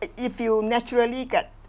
it if you feel naturally get